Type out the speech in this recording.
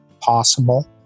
possible